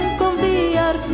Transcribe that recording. confiar